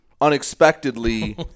unexpectedly